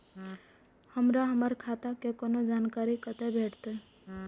हमरा हमर खाता के कोनो जानकारी कते भेटतै